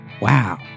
Wow